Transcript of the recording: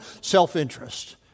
self-interest